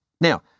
Now